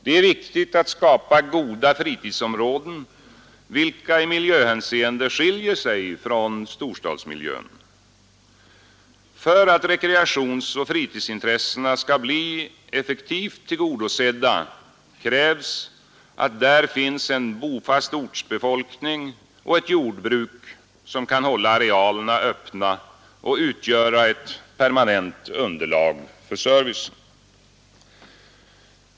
Det är viktigt att skapa goda fritidsområden, vilka i miljöhänseende skiljer sig från storstadsmiljön. För att rekreationsoch fritidsintressena skall bli effektivt tillgodosedda krävs att där finns en bofast ortsbefolkning och ett jordbruk, som kan hålla arealerna öppna och utgöra ett permanent underlag för servicen.